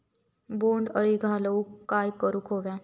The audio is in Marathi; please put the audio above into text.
बोंड अळी घालवूक काय करू व्हया?